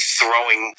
throwing